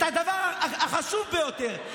את הדבר החשוב ביותר,